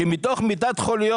כי ממיטת חוליו,